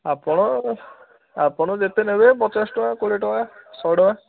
ଆପଣ ଆପଣ ଯେତେ ନେବେ ପଚାଶ ଟଙ୍କା କୋଡ଼ିଏ ଟଙ୍କା ଶହେ ଟଙ୍କା